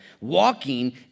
walking